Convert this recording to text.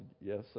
yes